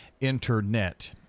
internet